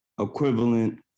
equivalent